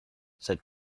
said